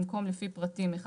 במקום "לפי פרטים (1),